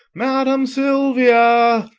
madam silvia!